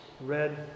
red